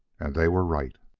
and they were right.